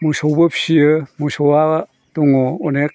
मोसौबो फिसियो मोसौआ दङ अनेक